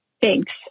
Thanks